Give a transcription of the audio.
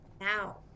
now